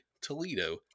Toledo